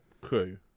crew